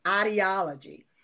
ideology